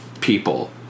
people